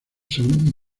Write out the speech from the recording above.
son